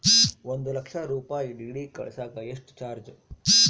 ಒಂದು ಲಕ್ಷ ರೂಪಾಯಿ ಡಿ.ಡಿ ಕಳಸಾಕ ಎಷ್ಟು ಚಾರ್ಜ್?